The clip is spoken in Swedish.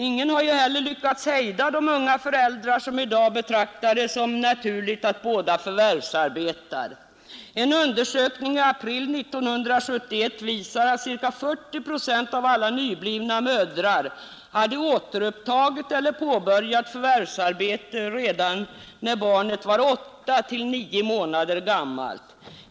Ingen har heller lyckats hejda de unga föräldrar som i dag betraktar det naturligt att båda förvärvsarbetar. En undersökning i april 1971 visar att ca 40 procent av alla nyblivna föräldrar hade återupptagit eller påbörjat förvärvsarbete redan när barnet var 8—9 månader gammalt.